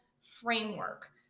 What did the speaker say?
framework